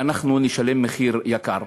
ואנחנו נשלם מחיר יקר.